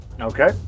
Okay